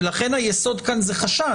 ולכן היסוד כאן זה חשד.